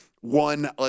one